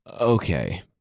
Okay